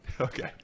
Okay